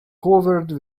covered